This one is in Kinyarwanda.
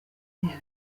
bihari